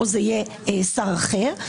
זה יהיה שר אחר.